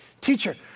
Teacher